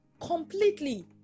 completely